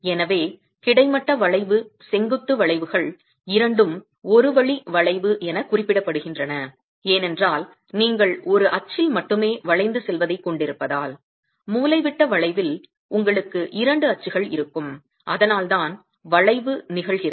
எனவே கிடைமட்ட வளைவு செங்குத்து வளைவுகள் இரண்டும் ஒரு வழி வளைவு என குறிப்பிடப்படுகின்றன ஏனென்றால் நீங்கள் ஒரு அச்சில் மட்டுமே வளைந்து செல்வதைக் கொண்டிருப்பதால் மூலைவிட்ட வளைவில் உங்களுக்கு இரண்டு அச்சுகள் இருக்கும் அதனால்தான் வளைவு நிகழ்கிறது